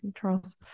Charles